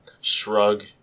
Shrug